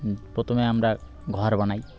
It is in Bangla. প্রথমে আমরা ঘর বানাই